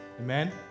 amen